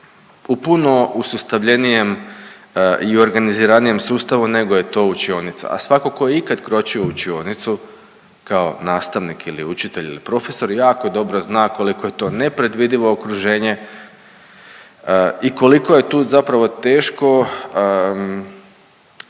u puno usustavljenijem i u organiziranijem sustavu nego je to učionica. A svatko tko je ikad kročio u učionicu kao nastavnik ili učitelj ili profesor jako dobro zna koliko je to nepredvidivo okruženje i koliko je tu zapravo teško odrediti,